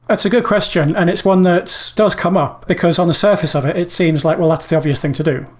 that's a good question and it's one that does come up, because on the surface of it, it seems like, well, that's the obvious thing to do.